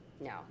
no